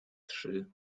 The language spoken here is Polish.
trzy